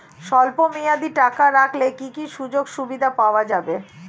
স্বল্পমেয়াদী টাকা রাখলে কি কি সুযোগ সুবিধা পাওয়া যাবে?